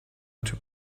into